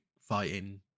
fighting